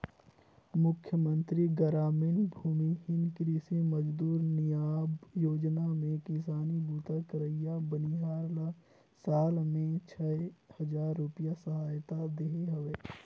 मुख्यमंतरी गरामीन भूमिहीन कृषि मजदूर नियाव योजना में किसानी बूता करइया बनिहार ल साल में छै हजार रूपिया सहायता देहे हवे